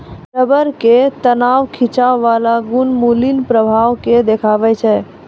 rubber के तनाव खिंचाव बाला गुण मुलीं प्रभाव के देखाबै छै